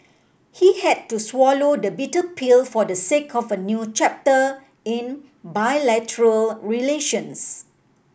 he had to swallow the bitter pill for the sake of a new chapter in bilateral relations